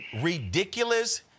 ridiculous